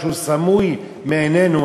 שהוא סמוי מעינינו,